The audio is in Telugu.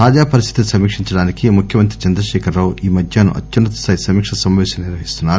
తాజా పరిస్థితిని సమీక్షించడానికి ముఖ్యమంత్రి చంద్రశేఖరరావు ఈ మధ్యాహ్నం అత్యున్న తస్టాయి సమీకా సమాపేశం నిర్వహిస్తున్నారు